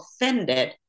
offended